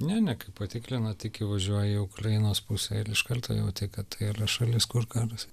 ne ne kai patikrina tik įvažiuoti į ukrainos pusę ir iš karto jauti kad tai yra šalis kur karas